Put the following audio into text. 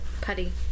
putty